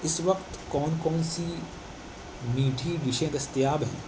اس وقت کون کون سی میٹھی ڈشیں دستیاب ہیں